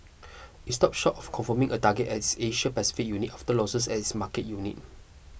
it stopped short of confirming a target its Asia Pacific unit after losses as markets unit